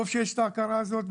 טוב שיש את ההכרה הזאת,